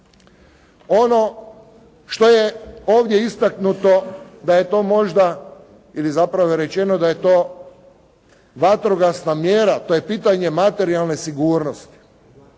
Ono što je ovdje istaknuto da je to možda ili zapravo je rečeno da je to vatrogasna mjera to je pitanje materijalne sigurnosti.